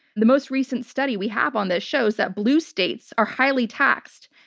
the most recent study we have on this shows that blue states are highly taxed,